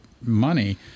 money